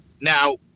Now